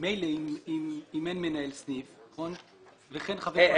ממילא אם אין מנהל סניף, אין.